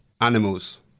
animals